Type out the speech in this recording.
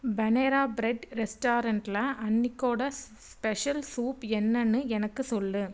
Panera bread ரெஸ்டாரண்ட்டில் அன்றைக்கோட special soup என்னென்னு எனக்கு சொல்